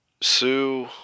Sue